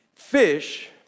Fish